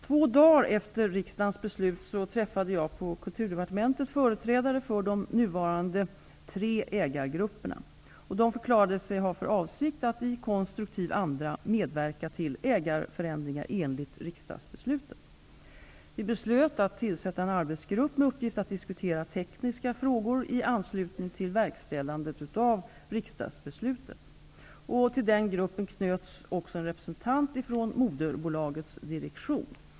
Två dagar efter riksdagens beslut träffade jag på Kulturdepartementet företrädare för de nuvarande tre ägargrupperna. Dessa förklarade sig ha för avsikt att i konstruktiv anda medverka till ägarförändringarna enligt riksdagsbeslutet. Vi beslöt också att tillsätta en arbetsgrupp med uppgift att diskutera tekniska frågor i anslutning till verkställandet av riksdagsbeslutet. Till denna grupp knöts också en representant från moderbolagets direktion.